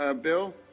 bill